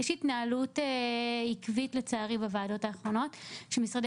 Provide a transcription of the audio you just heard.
יש התנהלות עקבית לצערי בוועדות האחרונות שנציגי משרדי